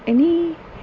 এনেই